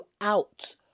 out